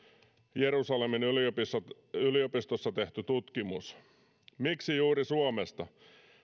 jerusalemin yliopistossa tehty tutkimus miksi juuri suomesta